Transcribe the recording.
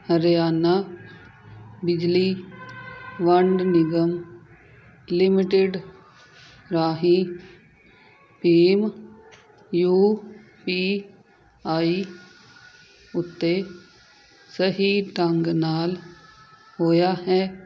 ਹਰਿਆਣਾ ਬਿਜਲੀ ਵੰਡ ਨਿਗਮ ਲਿਮਟਿਡ ਰਾਹੀਂ ਭੀਮ ਯੂ ਪੀ ਆਈ ਉੱਤੇ ਸਹੀ ਢੰਗ ਨਾਲ ਹੋਇਆ ਹੈ